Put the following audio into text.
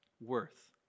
worth